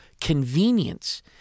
convenience